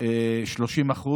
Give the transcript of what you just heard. של 30%,